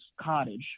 cottage